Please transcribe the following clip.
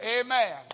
Amen